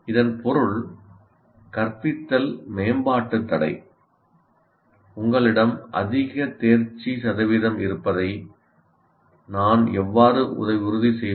இதன் பொருள் கற்பித்தல் மேம்பாட்டுத் தடை உங்களிடம் அதிக தேர்ச்சி சதவீதம் இருப்பதை நான் எவ்வாறு உறுதி செய்வது